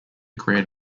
create